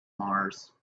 mars